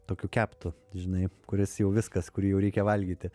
tokiu keptu žinai kuris jau viskas kurį jau reikia valgyti